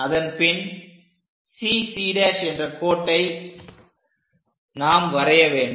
அதன்பின் CC' என்ற கோட்டை நாம் வரைய வேண்டும்